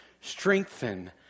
strengthen